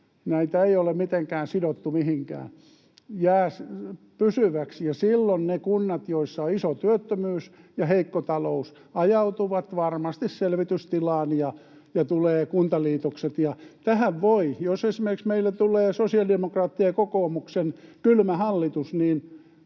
näitä ei ole mitenkään sidottu mihinkään, jää pysyväksi — ja silloin ne kunnat, joissa on iso työttömyys ja heikko talous, ajautuvat varmasti selvitystilaan ja tulee kuntaliitokset. Ja jos esimerkiksi meillä tulee sosiaalidemokraattien ja kokoomuksen kylmä hallitus,